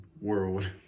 world